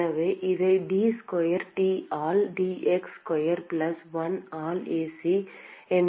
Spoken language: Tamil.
எனவே இதை d ஸ்கொயர் T ஆல் dx ஸ்கொயர் பிளஸ் 1 ஆல் Ac